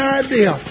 idea